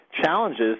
challenges